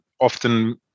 often